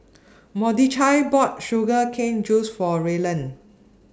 Mordechai bought Sugar Cane Juice For Ryland